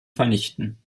vernichten